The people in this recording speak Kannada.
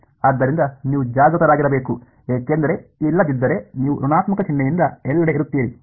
ಆದ್ದರಿಂದ ನೀವು ಜಾಗೃತರಾಗಿರಬೇಕು ಏಕೆಂದರೆ ಇಲ್ಲದಿದ್ದರೆ ನೀವು ಋಣಾತ್ಮಕ ಚಿಹ್ನೆಯಿಂದ ಎಲ್ಲೆಡೆ ಇರುತ್ತೀರಿ